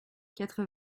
quatre